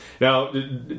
Now